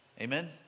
Amen